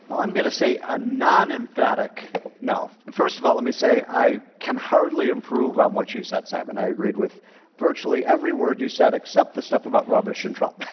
well, i'm going to say a non-emphatic no. first of all, let me say i can hardly improve on what you said, simon. i agreed with virtually every word you said except the stuff about rubbish and trump.